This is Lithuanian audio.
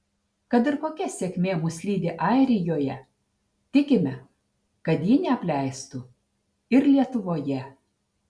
kad ir kokia sėkmė mus lydi airijoje tikime kad ji neapleistų ir lietuvoje